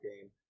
game